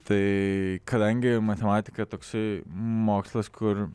tai kadangi matematika toksai mokslas kur